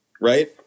right